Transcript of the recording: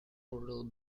portal